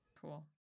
Cool